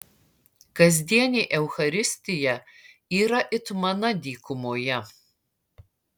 kasdienė eucharistija yra it mana dykumoje